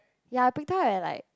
ya Bing-Tao and like